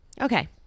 Okay